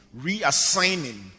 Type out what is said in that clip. reassigning